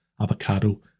avocado